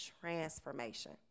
transformation